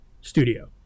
studio